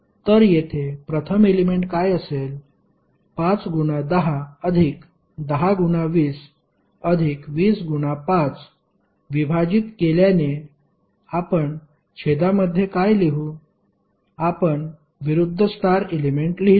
तर येथे प्रथम एलेमेंट काय असेल 5 गुना 10 अधिक 10 गुना 20 अधिक 20 गुना 5 विभाजीत केल्याने आपण छेदामध्ये काय लिहू आपण विरुध्द स्टार एलेमेंट लिहितो